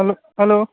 হেল hello